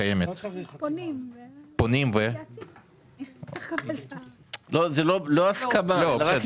פניתי כבר הבוקר לאנשי